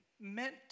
meant